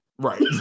right